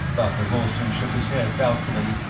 dr. rolleston shook his head doubtfully.